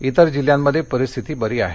इतर जिल्ह्यांमध्ये परिस्थिती बरी आहे